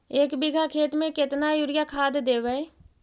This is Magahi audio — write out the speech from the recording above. एक बिघा खेत में केतना युरिया खाद देवै?